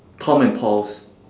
tom and paul's